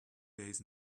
days